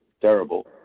terrible